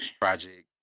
project